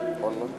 את השמים,